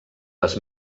les